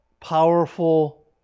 powerful